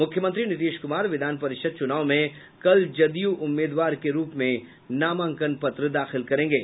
मुख्यमंत्री नीतीश कुमार विधान परिषद चुनाव में कल जदयू उम्मीदवार के रूप में नामांकन पत्र दाखिल करेंगे